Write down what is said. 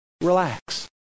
Relax